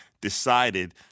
decided